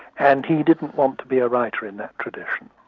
and he didn't want to be a writer in that tradition.